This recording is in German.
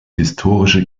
historische